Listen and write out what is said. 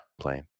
playing